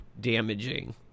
damaging